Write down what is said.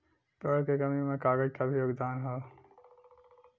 पेड़ क कमी में कागज क भी योगदान हौ